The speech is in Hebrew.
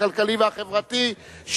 הכלכלי והחברתי,